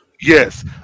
Yes